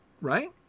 right